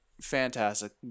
fantastic